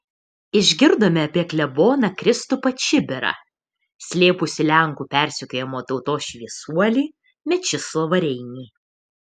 išgirdome apie kleboną kristupą čibirą slėpusį lenkų persekiojamą tautos šviesuolį mečislovą reinį